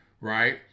Right